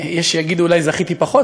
יש שיגידו שאולי זכיתי פחות,